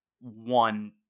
one